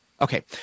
Okay